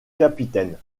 capitaine